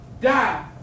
die